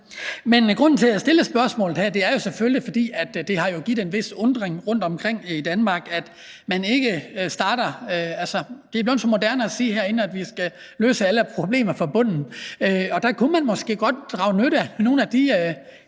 Men grunden til, at jeg stillede spørgsmålet her, er selvfølgelig, at det har givet anledning til en vis undren rundtomkring i Danmark, at man ikke er startet med de små økommuner. Det er blevet så moderne herinde at sige, at vi skal løse alle problemer fra bunden, og der kunne man måske godt drage nytte af nogle af de